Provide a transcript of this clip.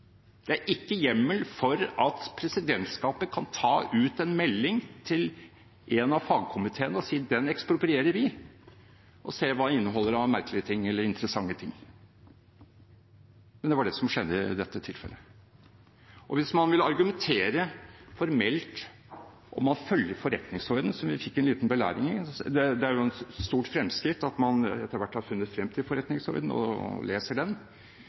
Det er ikke hjemmel for at presidentskapet kan ta ut en melding til en av fagkomiteene og si: Den eksproprierer vi og ser hva den inneholder av merkelige eller interessante ting. Det var det som skjedde i dette tilfellet. Hvis man vil argumentere formelt for å følge forretningsordenen, som vi fikk en liten belæring i – det er jo et stort fremskritt at man etter hvert har funnet frem til forretningsordenen og leser den